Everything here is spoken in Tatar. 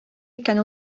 икән